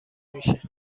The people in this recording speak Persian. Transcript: میشه